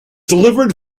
delivered